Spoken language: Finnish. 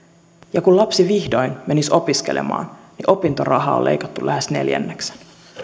ja kun lapsi vihdoin menisi opiskelemaan niin opintorahaa on leikattu lähes neljänneksen